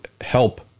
help